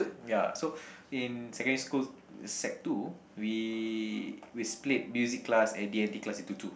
ya so in secondary school sec two we we split music class and D and T class into two